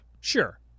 Sure